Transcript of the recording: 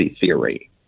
theory